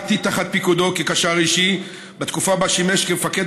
שירתי תחת פיקודו כקשר אישי בתקופה שבה שימש כמפקד